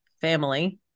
family